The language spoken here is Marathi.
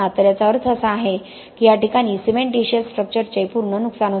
तर याचा अर्थ असा आहे की या ठिकाणी सिमेंटीशिअस स्ट्रक्चरचे पूर्ण नुकसान होते